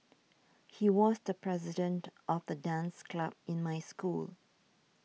he was the president of the dance club in my school